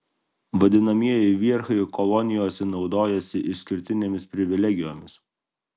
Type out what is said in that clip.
vadinamieji vierchai kolonijose naudojasi išskirtinėmis privilegijomis